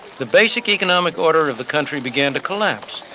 the basic economic order of the country began to collapse.